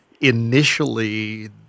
initially